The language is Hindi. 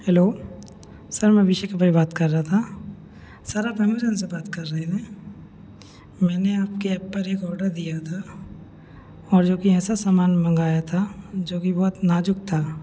हैलो सर मैं विषीक पइ बात कर रहा था सर आप अमेज़न से बात कर रहे हैं ना मैंने आपके एप पर एक ऑर्डर दिया था और जो कि ऐसा समान मंगाया था जो कि बहुत नाज़ुक था